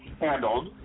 handled